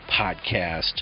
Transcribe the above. Podcast